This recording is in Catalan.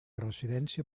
residència